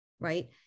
right